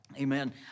Amen